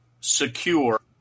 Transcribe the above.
secure